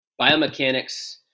biomechanics